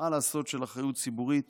של אחריות ציבורית